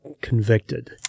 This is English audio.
convicted